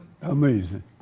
Amazing